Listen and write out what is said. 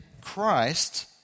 Christ